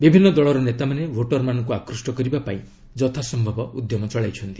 ବିଭିନ୍ନ ଦଳର ନେତାମାନେ ଭୋଟରମାନଙ୍କୁ ଆକୃଷ୍ଟ କରିବା ପାଇଁ ଯଥାସ୍ୟବ ଉଦ୍ୟମ ଚଳାଇଛନ୍ତି